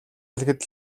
хэлэхэд